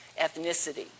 ethnicity